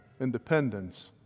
independence